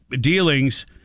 dealings